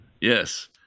Yes